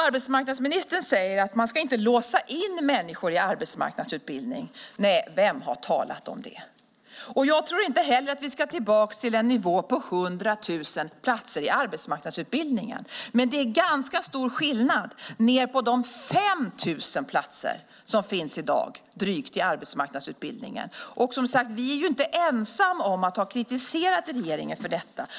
Arbetsmarknadsministern säger att man inte ska låsa in människor i arbetsmarknadsutbildning. Nej, vem har talat om det? Inte heller jag tror att vi ska tillbaka till en nivå med 100 000 platser i arbetsmarknadsutbildningen. Men det är ganska stor skillnad ned till de drygt 5 000 platser som i dag finns i arbetsmarknadsutbildningen. Vi är, som sagt, inte ensamma om att ha kritiserat regeringen för detta.